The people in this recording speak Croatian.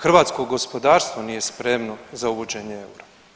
Hrvatsko gospodarstvo nije spremno za uvođenje eura.